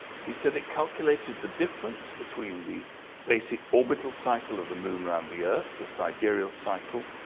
he said it calculated the difference between the basic orbital cycle of the moon around the earth, the sidereal cycle.